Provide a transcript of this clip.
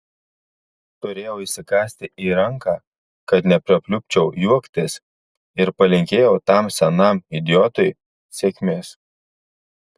turėjau įsikąsti į ranką kad neprapliupčiau juoktis ir palinkėjau tam senam idiotui sėkmės